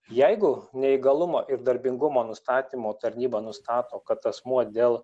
jeigu neįgalumo ir darbingumo nustatymo tarnyba nustato kad asmuo dėl